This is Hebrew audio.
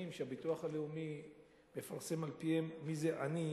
שהביטוח הלאומי מפרסם על-פיהם מי זה עני,